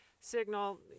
signal